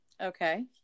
Okay